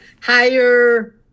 higher